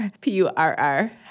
p-u-r-r